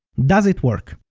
does it work?